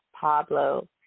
Pablo